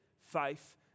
faith